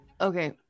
okay